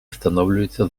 встановлюється